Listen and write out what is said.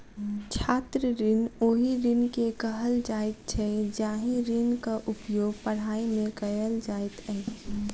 छात्र ऋण ओहि ऋण के कहल जाइत छै जाहि ऋणक उपयोग पढ़ाइ मे कयल जाइत अछि